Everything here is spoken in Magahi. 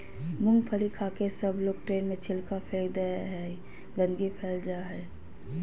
मूँगफली खाके सबलोग ट्रेन में छिलका फेक दे हई, गंदगी फैल जा हई